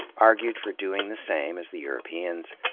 argued for doing the same as the europeans,